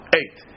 eight